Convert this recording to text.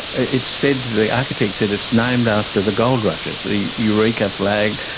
it's said, the architect said, it's named after the gold rushes, the eureka flag,